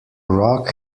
rock